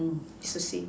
it's the same